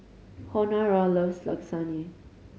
Honora loves Lasagne